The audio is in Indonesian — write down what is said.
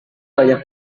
banyak